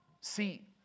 See